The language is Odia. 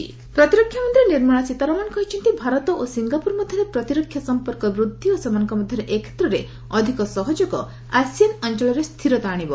ନିର୍ମଳା ସୀତାରମଣ ପ୍ରତିରକ୍ଷା ମନ୍ତ୍ରୀ ନିର୍ମଳା ସୀତାରମଣ କହିଛନ୍ତି ଭାରତ ଓ ସିଙ୍ଗାପୁର ମଧ୍ୟରେ ପ୍ରତିରକ୍ଷା ସମ୍ପର୍କ ବୃଦ୍ଧି ଓ ସେମାନଙ୍କ ମଧ୍ୟରେ ଏ କ୍ଷେତ୍ରରେ ଅଧିକ ସହଯୋଗ ଆସିଆନ୍ ଅଞ୍ଚଳରେ ସ୍ଥିରତା ଆଶିବ